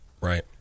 Right